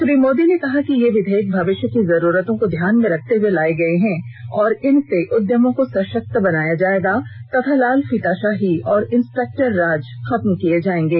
श्री मोदी ने कहा कि ये विधेयक भविष्य की जरूरतों को ध्यान में रखते हुए लाए गए हैं और इनसे उद्यमों को सशक्त बनाया जाएगा तथा लाल फीताशाही और इंस्पेक्टर राज खत्म किए जाएंगे